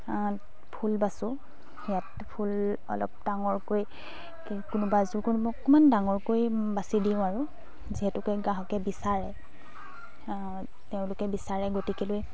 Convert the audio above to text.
ফুল বাছোঁ ইয়াত ফুল অলপ ডাঙৰকৈ কোনোবা যোৰ কোনো অকমান ডাঙৰকৈ বাচি দিওঁ আৰু যিহেতুকে গ্ৰাহকে বিচাৰে তেওঁলোকে বিচাৰে গতিকেলৈ